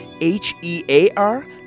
H-E-A-R